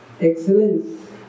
Excellence